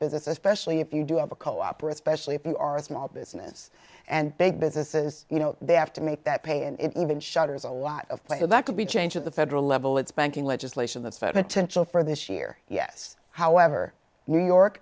business especially if you do have a cooperate specially if you are a small business and big businesses you know they have to make that pay and it even shutters a lot of places that could be changed at the federal level it's banking legislation that's fed to chill for this year yes however new york